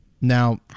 Now